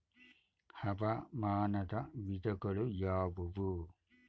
ಹವಾಮಾನದ ವಿಧಗಳು ಯಾವುವು?